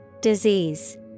Disease